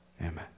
Amen